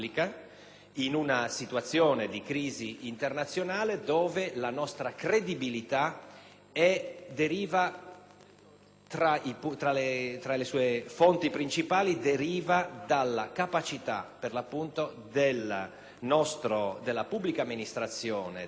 tra le sue fonti principali, proprio dalla capacità della pubblica amministrazione, del Governo, del Parlamento e degli enti locali di saper tenere sotto controllo la spesa. Da ciò dipende la credibilità